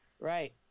Right